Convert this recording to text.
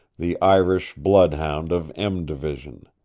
the irish bloodhound of m division.